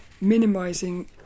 minimising